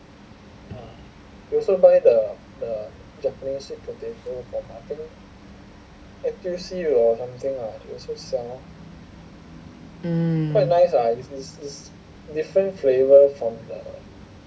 mm